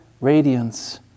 radiance